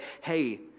hey